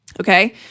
Okay